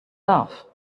love